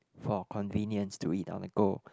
for convenience to eat on the go